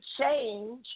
change